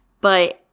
but-